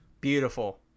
beautiful